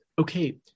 Okay